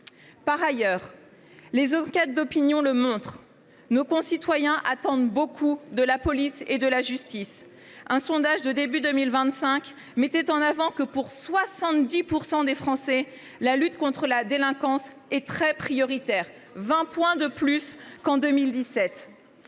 Par ailleurs, les enquêtes d’opinion montrent que nos concitoyens attendent beaucoup de la police et de la justice. Un sondage datant du début de 2025 mettait en avant que, pour 70 % des Français, la lutte contre la délinquance était prioritaire, ce qui représente